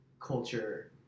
culture